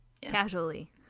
casually